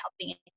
helping